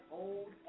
old